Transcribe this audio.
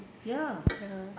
ya